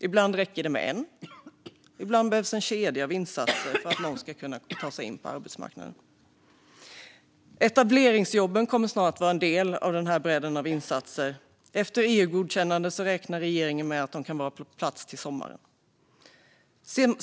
Ibland räcker det med en insats, men ibland behövs en kedja av insatser för att någon ska kunna ta sig in på arbetsmarknaden. Etableringsjobben kommer snart att vara en del av denna bredd av insatser. Efter EU-godkännande räknar regeringen med att de kan vara på plats till sommaren.